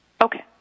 Okay